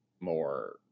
more